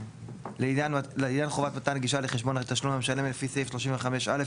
לעניין חובת מתן הגישה לחשבון התשלום למשלם לפי סעיף 35(א),